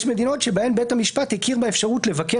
יש מדינות בהן בית המשפט הכיר באפשרות לבקר